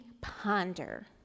ponder